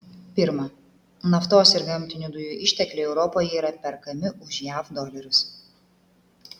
pirma naftos ir gamtinių dujų ištekliai europoje yra perkami už jav dolerius